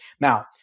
Now